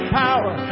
power